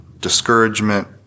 discouragement